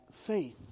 faith